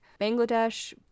Bangladesh